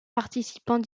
participants